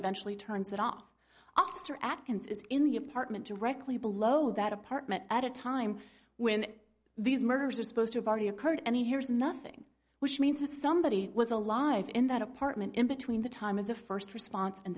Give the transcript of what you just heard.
eventually turns it off officer at consist in the apartment directly below that apartment at a time when these murders are supposed to have already occurred and he hears nothing which means that somebody was alive in that apartment in between the time of the first response and